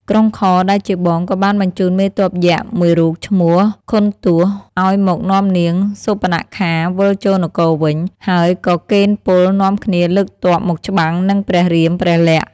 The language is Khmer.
ក្រុងខរ ដែលជាបង ក៏បានបញ្ជូនមេទ័ពយក្សមួយរូប ឈ្មោះ ខុនទសណ៍ ឱ្យមកនាំនាងសូរបនខា វិលចូលនគរវិញ ហើយក៏កេណ្ឌពលនាំគ្នាលើកទ័ពមកច្បាំងនឹង ព្រះរាមព្រះលក្សណ៍ ។